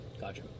Gotcha